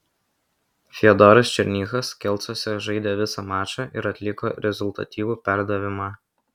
fiodoras černychas kelcuose žaidė visą mačą ir atliko rezultatyvų perdavimą